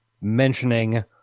mentioning